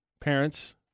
parents